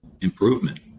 improvement